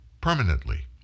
permanently